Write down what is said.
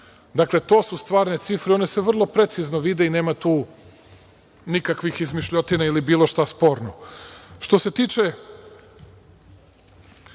Dakle, to su stvarno cifre i one se vrlo precizno vide, tu nema nikakvih izmišljotina ili bilo čega spornog. Što